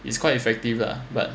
it's quite effective lah but